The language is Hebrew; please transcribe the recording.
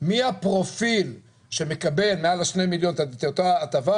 מי הפרופיל שמקבל מעל שני מיליון את אותה הטבה,